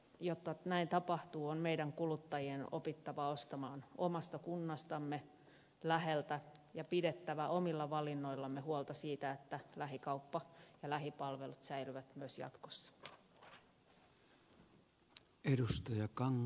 jotta näin tapahtuu on meidän kuluttajien opittava ostamaan omasta kunnastamme läheltä ja pidettävä omilla valinnoillamme huolta siitä että lähikauppa ja lähipalvelut säilyvät myös jatkossa